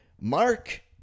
Mark